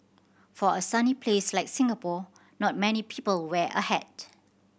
for a sunny place like Singapore not many people wear a hat